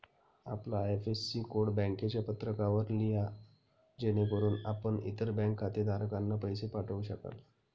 आपला IFSC code बँकेच्या पत्रकावर लिहा जेणेकरून आपण इतर बँक खातेधारकांना पैसे पाठवू शकाल